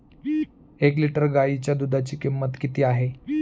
एक लिटर गाईच्या दुधाची किंमत किती आहे?